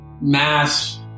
mass